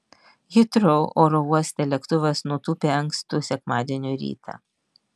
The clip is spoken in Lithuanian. hitrou oro uoste lėktuvas nutūpė ankstų sekmadienio rytą